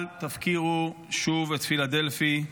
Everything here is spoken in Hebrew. אל תפקירו שוב את פילדפי.